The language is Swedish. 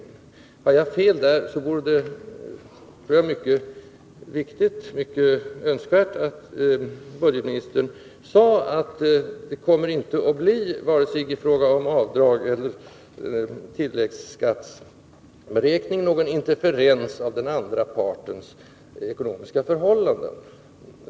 Har jag fel där vore det mycket viktigt och önskvärt att budgetministern klart deklarerade att det inte kommer att bli — vare sig i fråga om avdrag eller tilläggsskatteberäkning — någon interferens av den andra partens ekonomiska förhållanden.